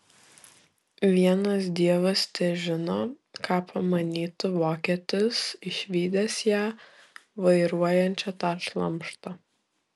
vienas dievas težino ką pamanytų vokietis išvydęs ją vairuojančią tą šlamštą